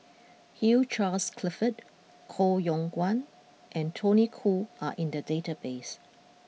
Hugh Charles Clifford Koh Yong Guan and Tony Khoo are in the database